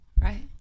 Right